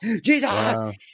Jesus